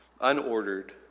unordered